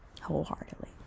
wholeheartedly